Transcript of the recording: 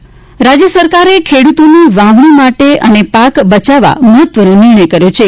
નીતીન પટેલ રાજ્ય સરકારે ખેડૂતોની વાવણી માટે અને પાક બચાવવા મહત્વનો નિર્ણય કર્યો છે